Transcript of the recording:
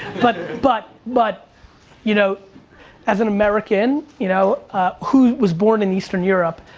but but but you know as an american, you know who was born in eastern europe,